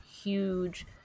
huge